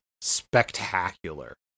spectacular